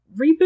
reboot